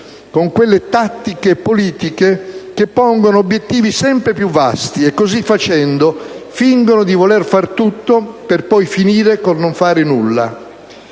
con quelle tattiche politiche che pongono obiettivi sempre più vasti e, così facendo, fingono di voler far tutto per poi finire col non far nulla.